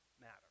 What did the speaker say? matter